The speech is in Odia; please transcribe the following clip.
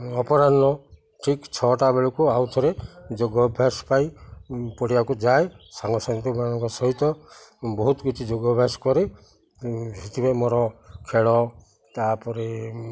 ଅପରାହ୍ନ ଠିକ୍ ଛଅଟା ବେଳକୁ ଆଉ ଥରେ ଯୋଗ ଅଭ୍ୟାସ ପାଇଁ ପଢ଼ିବାକୁ ଯାଏ ସାଙ୍ଗ ସାଙ୍ଗସାଥି ମାନଙ୍କ ସହିତ ବହୁତ କିଛି ଯୋଗ ଅଭ୍ୟାସ କରେ ସେଥିପାଇଁ ମୋର ଖେଳ ତା'ପରେ